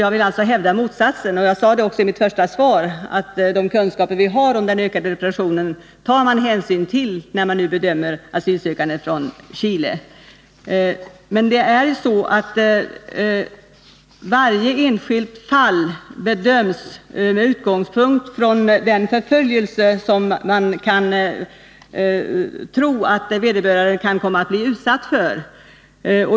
Jag vill hävda motsatsen, och jag sade också i mitt första anförande att man tar hänsyn till de kunskaper som man har om den ökade repressionen när man bedömer asylansökningar från chilenare. Varje enskilt fall bedöms dock med utgångspunkt i den förföljelse som man kan tro att vederbörande kan komma att bli utsatt för.